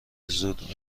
زود